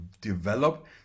develop